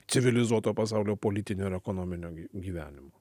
civilizuoto pasaulio politinio ir ekonominio gyvenimo